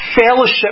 fellowship